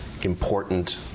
Important